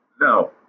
no